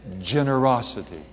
Generosity